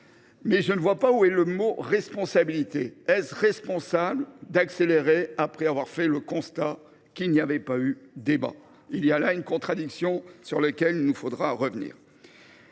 que vous faites du mot de « responsabilité »: est ce vraiment responsable d’accélérer après avoir fait le constat qu’il n’y avait pas eu débat ? Il y a là une contradiction sur laquelle il nous faudra revenir.